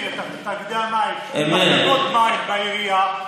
את תאגידי המים למחלקות מים בעירייה,